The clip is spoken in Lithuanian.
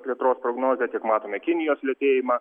plėtros prognozę tiek matome kinijos lėtėjimą